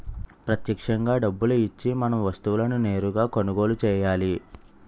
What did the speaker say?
ప్రత్యక్షంగా డబ్బులు ఇచ్చి మనం వస్తువులను నేరుగా కొనుగోలు చేయాలి